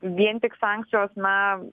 vien tik sankcijos na